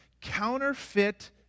counterfeit